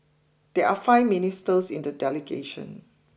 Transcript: there are five ministers in the delegation